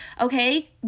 Okay